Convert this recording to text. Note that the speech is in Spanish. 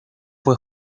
fue